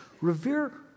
revere